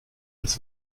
als